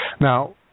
Now